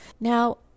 Now